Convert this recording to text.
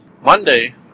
Monday